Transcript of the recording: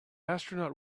astronaut